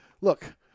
look